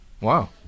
Wow